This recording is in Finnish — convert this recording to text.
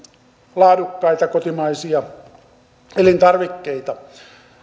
laadukkaita kotimaisia elintarvikkeita